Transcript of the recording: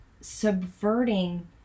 subverting